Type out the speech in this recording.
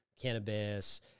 cannabis